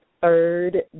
third